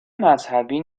مذهبی